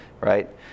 Right